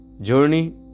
Journey